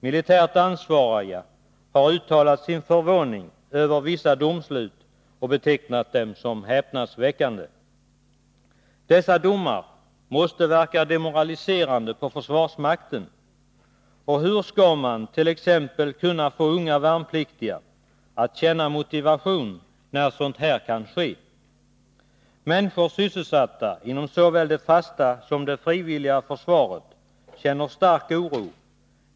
Militärt ansvariga har uttalat sin förvåning över vissa domslut och betecknat dem som häpnadsväckande. Dessa domar måste verka demoraliserande på försvarsmakten, och hur skall man t.ex. kunna få unga värnpliktiga att känna motivation när sådant här sker? Människor sysselsatta inom såväl det fasta som det frivilliga försvaret känner stark oro.